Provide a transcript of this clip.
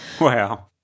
Wow